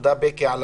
תודה בקי, על